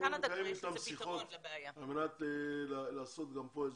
אנחנו נמצאים איתם בשיחות על מנת לעשות גם פה משהו.